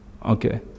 okay